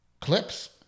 clips